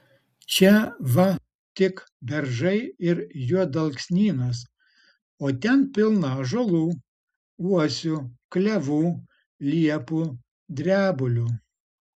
čia va tik beržai ir juodalksnynas o ten pilna ąžuolų uosių klevų liepų drebulių